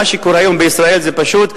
מה שקורה היום בישראל זה פשוט,